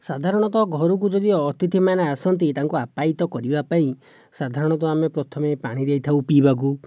ସାଧାରଣତଃ ଘରକୁ ଯଦି ଅତିଥିମାନେ ଆସନ୍ତି ତାଙ୍କୁ ଆପ୍ୟାୟିତ କରିବା ପାଇଁ ସାଧାରଣତଃ ଆମେ ପ୍ରଥମେ ପାଣି ଦେଇଥାଉ ପିଇବାକୁ